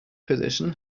position